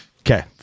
Okay